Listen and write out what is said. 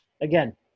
again